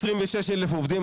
26,000 עובדים,